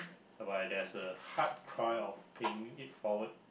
but there's a hard cry of paying it forward